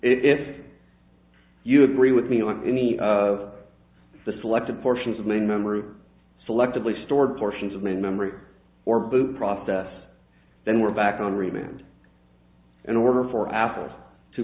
if you agree with me on any of the selected portions of main memory selectively stored portions of main memory or boot process then we're back on remand in order for apple t